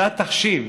זה התחשיב,